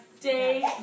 day